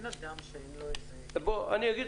אני חושב